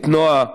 נועה,